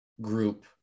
group